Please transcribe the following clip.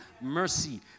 mercy